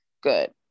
good